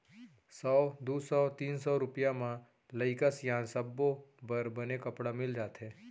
सौ, दू सौ, तीन सौ रूपिया म लइका सियान सब्बो बर बने कपड़ा मिल जाथे